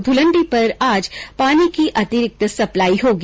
ध्रलंडी पर आज पानी की अतिरिक्त सप्लाई होगी